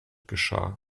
geschah